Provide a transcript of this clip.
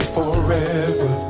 forever